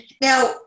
Now